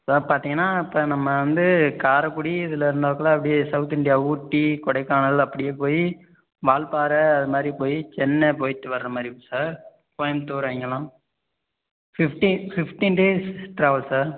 இப்போ பார்த்தீங்கன்னா இப்போ நம்ம வந்து காரைக்குடி இதில் இருந்தால்கூட அப்படியே சௌத் இந்தியா ஊட்டி கொடைக்கானல் அப்படியே போய் வால்பாறை அதுமாதிரி போய் சென்னை போய்விட்டு வர்ற மாதிரி இருக்கும் சார் கோயம்புத்தூர் அங்கேல்லாம் fifteen fifteen days travel sir